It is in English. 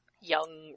young